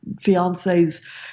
fiancés